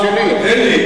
לא,